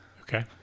Okay